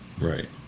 Right